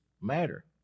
matter